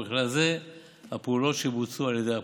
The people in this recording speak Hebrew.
ובכלל זה הפעולות שבוצעו על ידי האפוטרופוס.